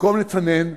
במקום לצנן,